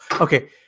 Okay